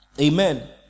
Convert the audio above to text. Amen